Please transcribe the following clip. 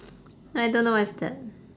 I don't know what is that